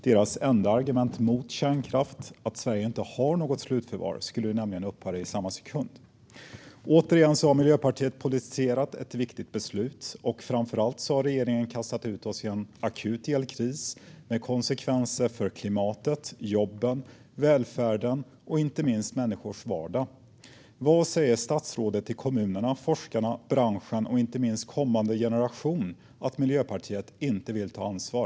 Deras enda argument mot kärnkraft, att Sverige inte har något slutförvar, skulle nämligen upphöra i samma sekund. Återigen har Miljöpartiet politiserat ett viktigt beslut. Framför allt har regeringen kastat ut Sverige i en akut elkris med konsekvenser för klimatet, jobben, välfärden och inte minst människors vardag. Vad säger statsrådet till kommunerna, forskarna, branschen och inte minst kommande generation om att Miljöpartiet inte vill ta ansvar?